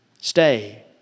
Stay